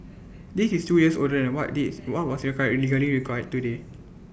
this is two years older than what this what was legally required today